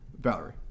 Valerie